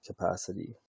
capacity